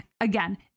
Again